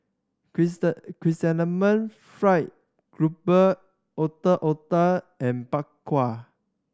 Chrysanthemum Fried Grouper Ondeh Ondeh and Bak Kwa